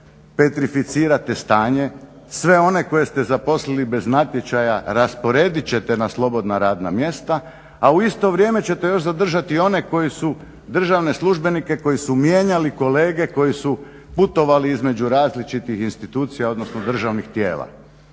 petrificirate stanje, sve one koje ste zaposlili bez natječaja rasporedit ćete na slobodna radna mjesta a u isto vrijeme ćete još zadržati one koji su državne službenike koji su mijenjali kolege koji su putovali između različitih institucija odnosno državnih tijela.